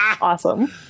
Awesome